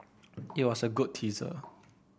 it was a good teaser